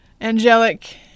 angelic